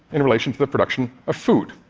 in relation to the production of food.